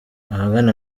ahagana